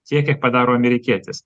tiek kiek padaro amerikietis